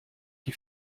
qui